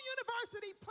University